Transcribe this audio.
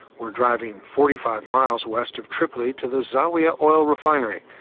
we're driving forty five miles west of tripoli to the zawiya oil refinery,